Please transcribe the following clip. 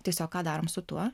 tiesiog ką darom su tuo